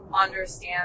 understand